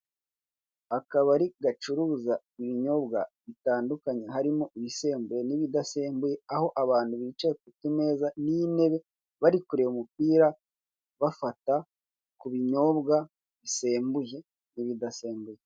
Akabari gacuruza ibinyobwa bitandukanye harimo ibisembuye ndetse n'ibidasembuye aho abantu bicaye ku tumeza n'intebe bari kureba umupira bafata ku binyobwa bisembuye n'ibidasembuye.